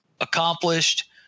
accomplished